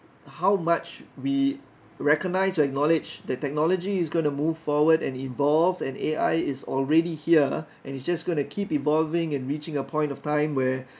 how much we recognise or acknowledge that technology is going to move forward and evolve and A_I is already here and it's just gonna keep evolving and reaching a point of time where